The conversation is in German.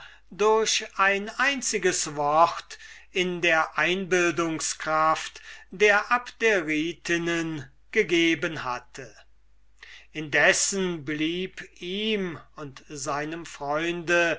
durch ein einziges wort in der einbildungskraft der abderitinnen gegeben hatte indessen blieb ihm und seinem freunde